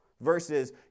Versus